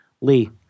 Lee